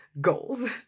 goals